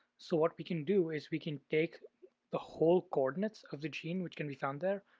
so what we can do is we can take the whole coordinates of the gene, which can be found there,